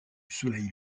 soleil